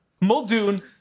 Muldoon